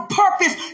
purpose